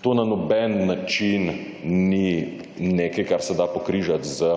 To na noben način ni nekaj, kar se da pokrižati z